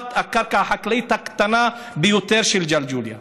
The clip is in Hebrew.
הקרקע החקלאית הקטנה ביותר של ג'לג'וליה.